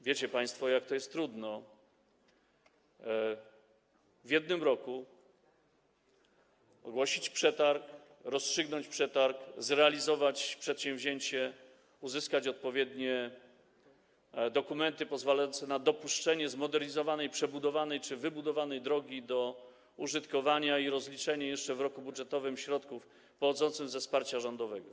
Wiecie państwo, jak jest trudno w jednym roku ogłosić przetarg, rozstrzygnąć przetarg, zrealizować przedsięwzięcie, uzyskać odpowiednie dokumenty pozwalające na dopuszczenie zmodernizowanej, przebudowanej czy wybudowanej drogi do użytkowania i rozliczenie jeszcze w roku budżetowym środków pochodzących ze wsparcia rządowego.